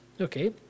Okay